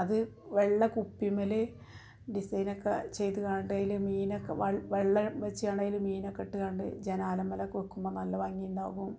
അത് വെള്ള കുപ്പിയിൽ ഡിസൈനൊക്കെ ചെയ്ത് ങ്ങാണ്ടയില് മീനൊക്കെ വെള്ളം വച്ച് ങ്ങടൈല് മീനൊക്കെ ഇട്ട് ങ്ങണ്ട് ജനാലമ്മേലൊക്കെ വയ്ക്കുമ്പോൾ നല്ല ഭംഗി ഉണ്ടാവും